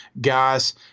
guys